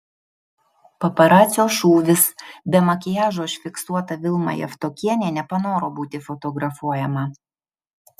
paparacio šūvis be makiažo užfiksuota vilma javtokienė nepanoro būti fotografuojama